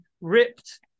ripped